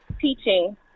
teaching